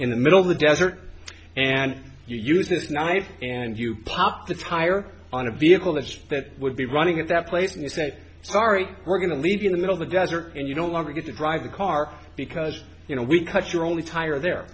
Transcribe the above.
in the middle of the desert and you use this night and you pop the tire on a vehicle that that would be running at that place and say sorry we're going to leave you in the middle of a desert and you don't want to get to drive the car because you know we cut your only tire there